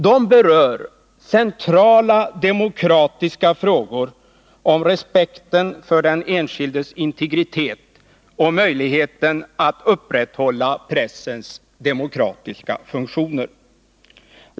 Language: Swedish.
De berör centrala demokratiska frågor om respekten för den enskildes integritet samt möjligheterna att upprätthålla pressens demokratiska funktioner.